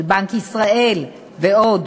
של בנק ישראל ועוד.